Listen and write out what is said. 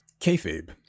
kayfabe